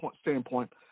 standpoint